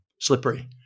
slippery